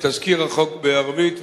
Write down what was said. את תזכיר החוק בערבית,